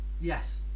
Yes